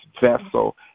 vessel